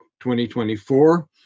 2024